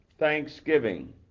thanksgiving